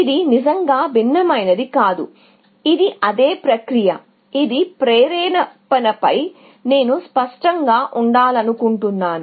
ఇది భిన్నమైనది ఏమి కాదు ఇది అదే ప్రక్రియ దీని ప్రేరణపై నేను స్పష్టంగా ఉండాలనుకుంటున్నాను